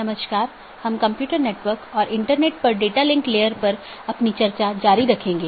नमस्कार हम computer network और इंटरनेट पाठ्यक्रम पर अपनी चर्चा जारी रखेंगे